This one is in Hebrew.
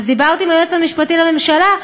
אז דיברתי עם היועץ המשפטי לממשלה,